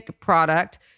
product